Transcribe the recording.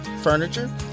furniture